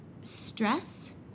stress